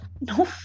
No